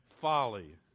folly